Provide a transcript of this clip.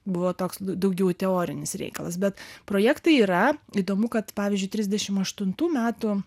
buvo toks daugiau teorinis reikalas bet projektai yra įdomu kad pavyzdžiui trisdešimt aštuntų metų